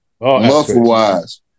muscle-wise